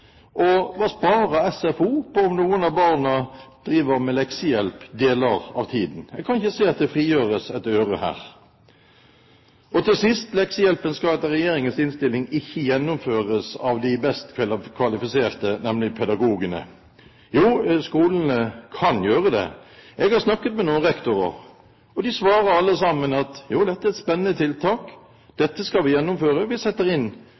Og hva sparer SFO på at noen av barna får leksehjelp deler av tiden? Jeg kan ikke se at det frigjøres en øre her. Og til sist: Leksehjelpen skal etter regjeringens proposisjon ikke gjennomføres av de best kvalifiserte, nemlig pedagogene. Jo, skolene kan gjøre det. Jeg har snakket med noen rektorer. De svarer alle sammen at dette er et spennende tiltak, dette skal vi gjennomføre, vi setter inn